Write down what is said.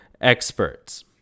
experts